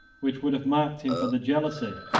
which would have marked him for the jealousy,